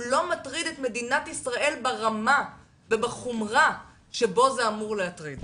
הוא לא מטריד את מדינת ישראל ברמה ובחומרה שבהם זה אמור להטריד.